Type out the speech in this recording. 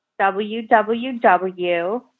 www